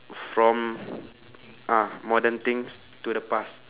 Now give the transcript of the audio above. from ah modern things to the past